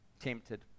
tempted